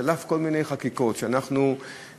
שעל אף כל מיני חקיקות שאנחנו מנסים,